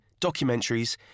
documentaries